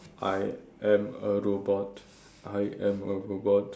I am a robot I am a robot